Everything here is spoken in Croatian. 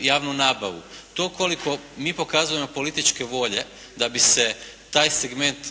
javnu nabavu. To koliko mi pokazujemo političke volje da bi se taj segment